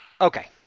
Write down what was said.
Okay